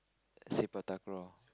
Sepak takraw